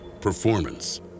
Performance